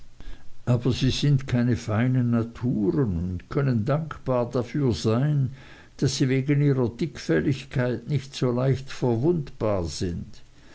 aber sie sind keine feinen naturen und können dankbar dafür sein daß sie wegen ihrer dickfelligkeit nicht so leicht verwundbar sind